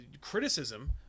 criticism